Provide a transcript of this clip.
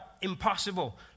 impossible